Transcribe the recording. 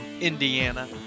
Indiana